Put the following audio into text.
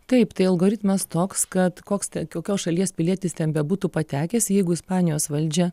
taip tai algoritmas toks kad koks kokios šalies pilietis ten bebūtų patekęs jeigu ispanijos valdžia